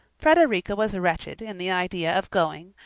frederica was wretched in the idea of going,